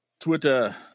twitter